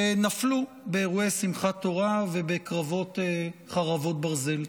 שנפלו באירועי שמחת תורה ובקרבות חרבות ברזל.